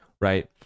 right